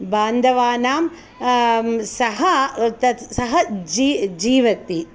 बान्दवानां सह तत् सह जीवति